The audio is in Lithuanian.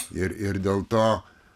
ir ir dėl to